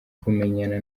kumenyana